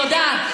תודה.